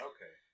Okay